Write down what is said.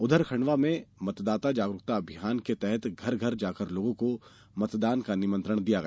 उधर खंडवा में मतदाता जागरूकता अभियान के तहत घर घर जाकर लोगों को मतदान का निमंत्रण दिया गया